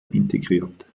integriert